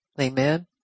Amen